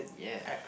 yeah